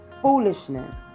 foolishness